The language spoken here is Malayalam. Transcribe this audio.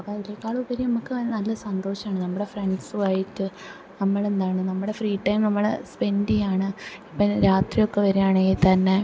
അതിനെക്കാളും ഉപരി നമുക്ക് നല്ല സന്തോഷമാണ് നമ്മുടെ ഫ്രണ്ട്സുവായിട്ട് നമ്മളെന്താണ് നമ്മുടെ ഫ്രീ ടൈം നമ്മള് സ്പെൻഡ് ചെയ്യുകയാണ് ഇപ്പം രാത്രിയൊക്കെ വരികയാണെങ്കിൽ തന്നെ